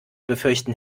befürchten